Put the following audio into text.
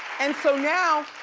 and so, now,